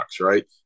right